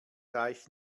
reicht